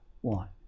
one